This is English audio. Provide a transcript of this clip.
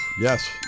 Yes